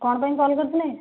କ'ଣ ପାଇଁ କଲ୍ କରିଥିଲେ